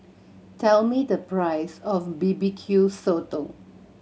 tell me the price of B B Q Sotong